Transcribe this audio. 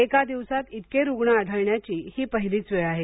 एका दिवसात इतके रुग्ण आढळण्याची ही पहिलीच वेळ आहे